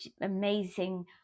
amazing